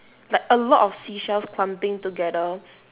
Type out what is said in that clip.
like a lot of seashells clumping together